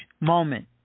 moment